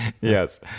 Yes